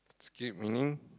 skip meaning